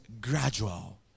gradual